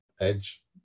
edge